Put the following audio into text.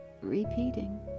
repeating